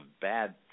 bad